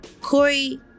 Corey